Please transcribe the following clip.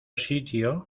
sitio